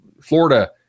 Florida